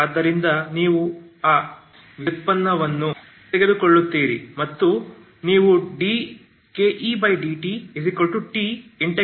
ಆದ್ದರಿಂದ ನೀವು ಆ ವ್ಯುತ್ಪನ್ನವನ್ನು ತೆಗೆದುಕೊಳ್ಳುತ್ತೀರಿ ಮತ್ತು ನೀವು dK